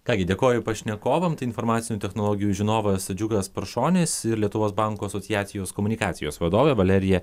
ką gi dėkoju pašnekovam tai informacinių technologijų žinovas džiugas paršonis ir lietuvos bankų asociacijos komunikacijos vadovė valerija